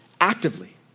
actively